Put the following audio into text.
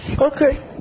Okay